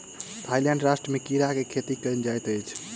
Thailand राष्ट्र में कीड़ा के खेती कयल जाइत अछि